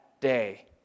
day